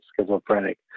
schizophrenic